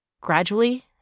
gradually